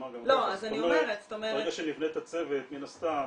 ברגע שנבנה את הצוות מן הסתם